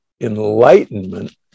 enlightenment